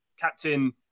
Captain